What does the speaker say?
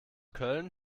köln